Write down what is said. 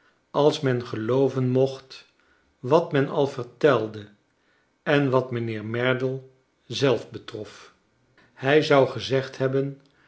als men gelooven mocht wat men al vertelde en wat mijnheer merdle zelf betrof charles dickens hij zou gezegd hebben